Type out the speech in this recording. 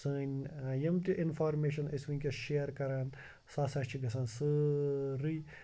سٲنۍ یِم تہِ اِنفارمیٚشَن أسۍ وٕنکٮ۪س شِیر کَران سُہ ہَسا چھِ گَژھان سٲرٕے